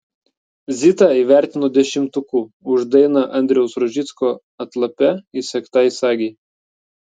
zitą įvertino dešimtuku už dainą andriaus rožicko atlape įsegtai sagei